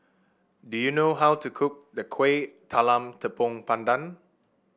do you know how to cook Kueh Talam Tepong Pandan